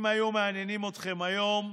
אם הם היו מעניינים אתכם היום,